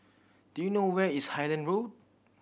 do you know where is Highland Road